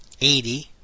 Eighty